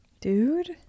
Dude